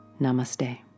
Namaste